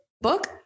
book